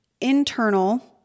internal